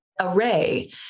array